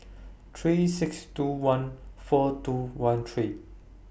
three six two one four two one three